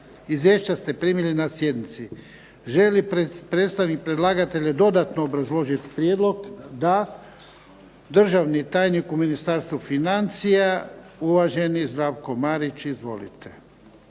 Izvješća ste primili na sjednici. Želi li predstavnik predlagatelja dodatno obrazložiti prijedlog? Da. Državni tajnik u Ministarstvu financija, uvaženi Zdravko Marić. Izvolite.